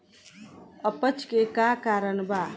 अपच के का कारण बा?